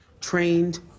Trained